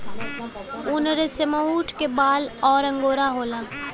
उनरेसमऊट क बाल अउर अंगोरा होला